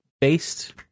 based